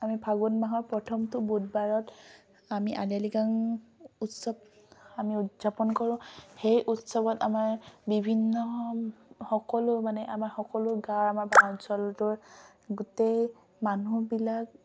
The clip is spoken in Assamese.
আমি ফাগুন মাহৰ প্ৰথমটো বুধবাৰত আমি আলি আয়ে লৃগাং উৎসৱ আমি উদযাপন কৰোঁ সেই উৎসৱত আমাৰ বিভিন্ন সকলো মানে আমাৰ সকলো গাঁৱৰ আমাৰ বা অঞ্চলটোৰ গোটেই মানুহবিলাক